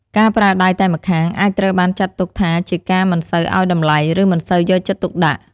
ការប្រើដៃតែម្ខាង អាចត្រូវបានចាត់ទុកថាជាការមិនសូវឱ្យតម្លៃ ឬមិនសូវយកចិត្តទុកដាក់។